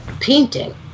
painting